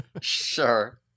Sure